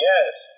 Yes